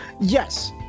Yes